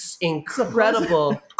incredible